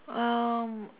um